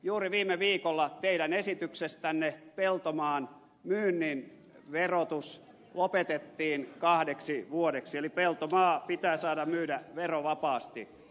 juuri viime viikolla teidän esityksestänne peltomaan myynnin verotus lopetettiin kahdeksi vuodeksi eli peltomaa pitää saada myydä verovapaasti